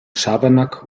schabernack